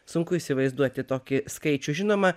sunku įsivaizduoti tokį skaičių žinoma